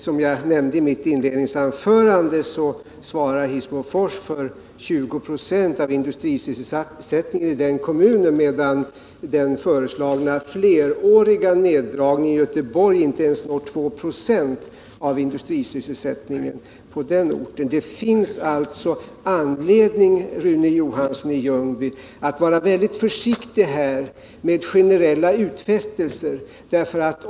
Som jag nämnde i mitt inledningsanförande svarar Hissmofors för 20 96 av industrisysselsättningen i den kommunen, medan den föreslagna fleråriga neddragningen i Göteborg inte ens når 2 96 av industrisysselsättningen i regionen. Det finns alltså anledning, Rune Johansson i Ljungby, att vara väldigt försiktig med generella utfästelser.